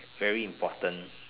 very important